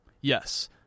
Yes